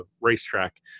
racetrack